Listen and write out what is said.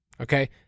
Okay